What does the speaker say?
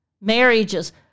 marriages